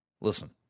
Listen